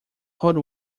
hold